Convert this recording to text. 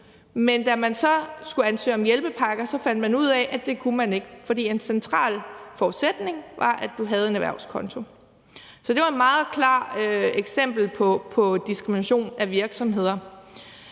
men da man så skulle ansøge om hjælpepakker, fandt man ud af, at det kunne man ikke, fordi en central forudsætning var, at du havde en erhvervskonto. Så det var et meget klart eksempel på diskrimination af virksomheder.